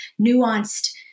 nuanced